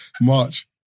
March